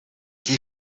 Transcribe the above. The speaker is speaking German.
die